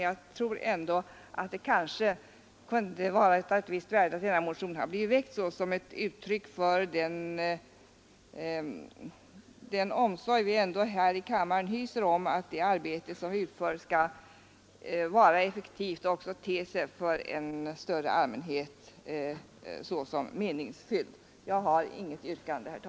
Jag tror emellertid att det kan vara av ett visst värde att denna motion blivit väckt såsom ett uttryck för den omsorg vi här i kammaren hyser om att det arbete vi utför skall vara effektivt och te sig även för en större allmänhet såsom meningsfullt.